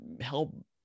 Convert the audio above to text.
help